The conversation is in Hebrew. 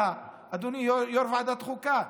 אדוני יו"ר ועדת חוקה.